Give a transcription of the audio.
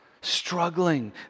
struggling